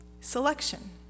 Selection